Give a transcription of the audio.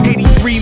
83